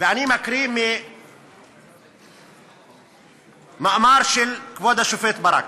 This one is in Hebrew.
אני מקריא ממאמר של כבוד השופט ברק: